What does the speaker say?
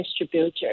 distributor